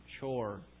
chore